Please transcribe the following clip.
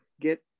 get